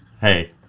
hey